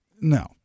No